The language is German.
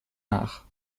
nach